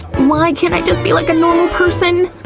why can't i just be like a normal person?